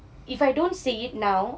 if I don't say it now